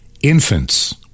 infants